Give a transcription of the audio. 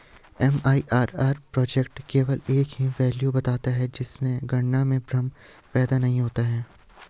MIRR project केवल एक ही वैल्यू बताता है जिससे गणना में भ्रम पैदा नहीं होता है